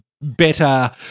better